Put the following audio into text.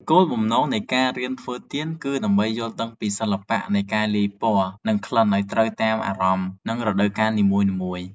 គោលបំណងនៃការរៀនធ្វើទៀនគឺដើម្បីយល់ដឹងពីសិល្បៈនៃការលាយពណ៌ និងក្លិនឱ្យត្រូវទៅតាមអារម្មណ៍ និងរដូវកាលនីមួយៗ។